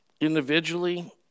Individually